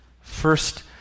first